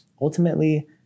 ultimately